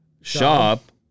shop